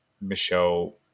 Michelle